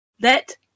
let